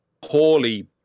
poorly